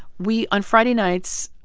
we on friday nights,